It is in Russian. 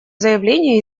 заявление